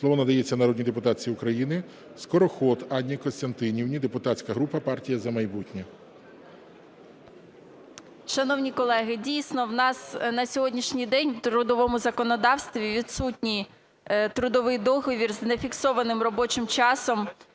Слово надається народній депутатці України Скороход Анні Костянтинівні, депутатська група "Партія "За майбутнє". 14:16:51 СКОРОХОД А.К. Шановні колеги, дійсно, в нас на сьогоднішній день в трудовому законодавстві відсутній трудовий договір з нефіксованим робочим часом,